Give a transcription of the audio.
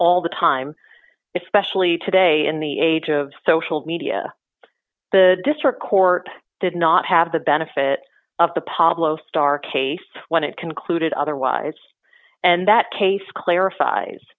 all the time especially today in the age of social media the district court did not have the benefit of the pablo star case when it concluded otherwise and that case clarifie